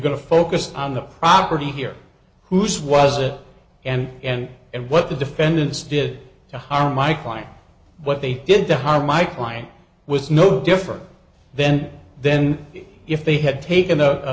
going to focus on the property here whose was it and and and what the defendants did to harm my client what they did to harm my client was no different then then if they had taken